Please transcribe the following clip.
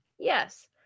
Yes